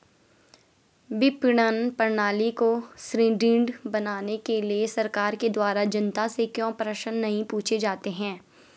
विपणन प्रणाली को सुदृढ़ बनाने के लिए सरकार के द्वारा जनता से क्यों प्रश्न नहीं पूछे जाते हैं?